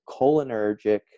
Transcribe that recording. cholinergic